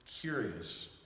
curious